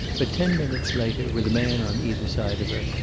but ten minutes later, with a man on either side of her,